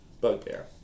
bugbear